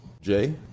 Jay